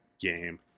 game